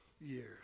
years